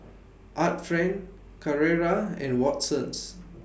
Art Friend Carrera and Watsons